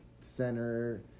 center